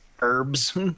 herbs